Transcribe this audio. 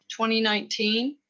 2019